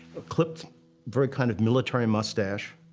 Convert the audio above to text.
a clipped very kind of military mustache,